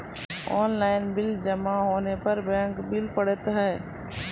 Online bill जमा होने पर बैंक बिल पड़तैत हैं?